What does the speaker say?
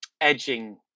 edging